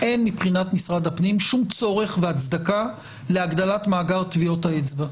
אין מבחינת משרד הפנים שום צורך והצדקה להגדלת מאגר טביעות האצבע.